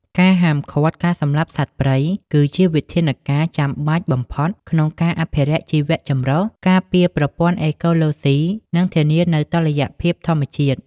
ការហាមឃាត់ការសម្លាប់សត្វព្រៃ គឺជាវិធានការចាំបាច់បំផុតក្នុងការអភិរក្សជីវៈចម្រុះ ការពារប្រព័ន្ធអេកូឡូស៊ី និងធានានូវតុល្យភាពធម្មជាតិ។